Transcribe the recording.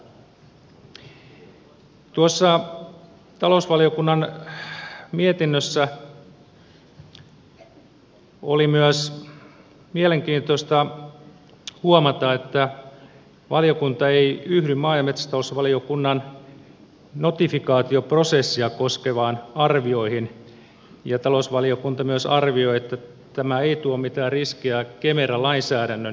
talousvaliokunnan mietinnössä oli myös mielenkiintoista huomata että valiokunta ei yhdy maa ja metsätalousvaliokunnan notifikaatioprosessia koskeviin arvioihin ja talousvaliokunta myös arvioi että tämä ei tuo mitään riskejä kemera lainsäädännön notifiointiin